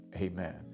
amen